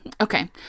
Okay